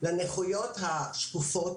לנכויות השקופות